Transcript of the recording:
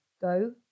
go